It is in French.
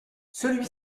celui